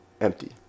Empty